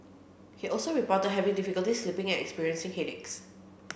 he also reported having difficulty sleeping and experiencing headaches